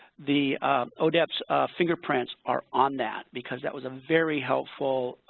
the odep fingerprints are on that because that was a very helpful